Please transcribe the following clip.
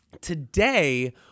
today